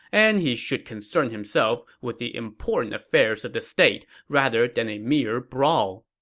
and he should concern himself with the important affairs of the state rather than a mere brawl.